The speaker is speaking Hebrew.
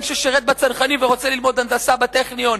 ששירת בצנחנים ורוצה ללמוד הנדסה בטכניון,